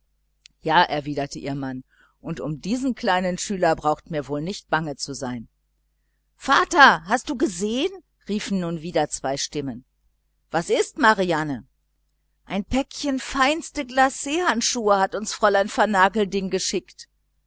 ja erwiderte ihr mann und auf diesen kleinen schüler braucht mir wohl nicht bange zu sein vater hast du gesehen riefen nun wieder zwei stimmen was ist's marianne ein päckchen feinste glachandschuhe hat uns fräulein vernagelding geschickt